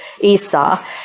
Esau